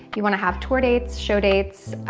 you want to have tour dates, show dates.